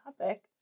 topic